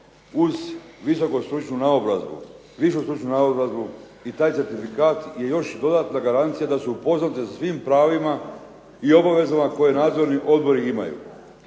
višu stručnu naobrazbu i taj certifikat je još dodatna garancija da su upoznati sa svim pravima i obavezama koje nadzorni odbori imaju.